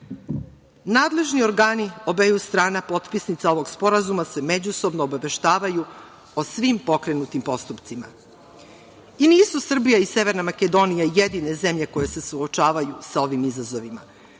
Nadležni organi obeju strana potpisnica ovog sporazuma se međusobno obaveštavaju o svim pokrenutim postupcima. Nisu Srbija i Severna Makedonija jedine zemlje koje se suočavaju sa ovim izazovima.